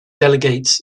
delegates